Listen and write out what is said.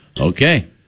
Okay